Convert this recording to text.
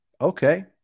Okay